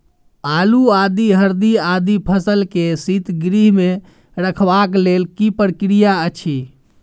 आलू, आदि, हरदी आदि फसल के शीतगृह मे रखबाक लेल की प्रक्रिया अछि?